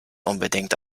unbedingt